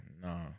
Nah